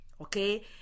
Okay